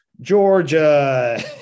Georgia